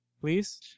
Please